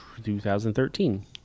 2013